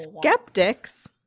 Skeptics